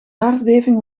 aardbeving